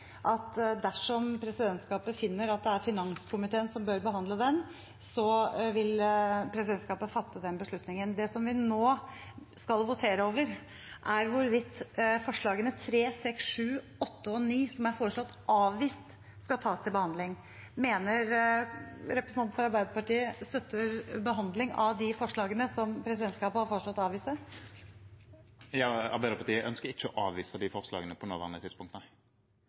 dersom presidentskapet finner at det er finanskomiteen som bør behandle det, vil presidentskapet fatte den beslutningen. Det vi nå skal votere over, er hvorvidt forslagene nr. 3, 6, 7, 8 og 9, som er foreslått avvist, skal tas til behandling. Støtter representanten for Arbeiderpartiet behandling av de forslagene som presidentskapet har foreslått å avvise? Ja, Arbeiderpartiet ønsker ikke å avvise de forslagene på det nåværende tidspunkt.